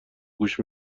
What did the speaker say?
گوش